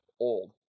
old